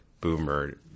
Boomer